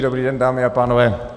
Dobrý den, dámy a pánové.